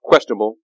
Questionable